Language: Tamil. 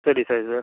சரி சரி சார்